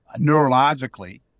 neurologically